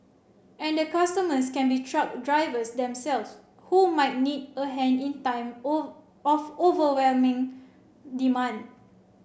and the customers can be truck drivers themselves who might need a hand in time of overwhelming demand